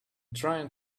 trying